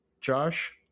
Josh